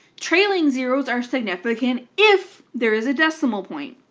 trailing zeroes are significant if there is a decimal point.